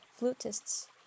flutists